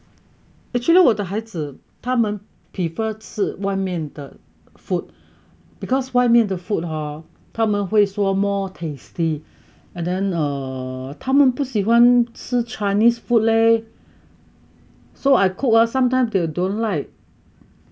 actually 我的孩子他们 prefer 吃外面的 food because 外面的 food hor 他们会说 more tasty and then err 他们不喜欢吃 chinese food leh so I cook hor sometimes they don't like